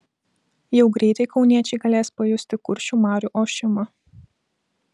jau greitai kauniečiai galės pajusti kuršių marių ošimą